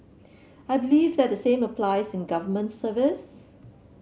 I believe that the same applies in government service